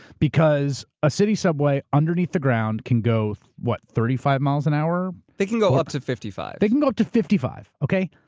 because a city subway underneath the ground can go what, thirty five miles an hour? they can go up to fifty five. they can go up to fifty five. okay?